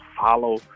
follow